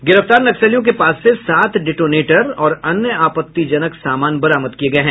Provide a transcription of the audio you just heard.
गिरफ्तार नक्ससलियों के पास से सात डेटोनेटर और अन्य आपत्तिजनक सामान बरामद किये गये हैं